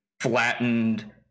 flattened